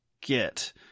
get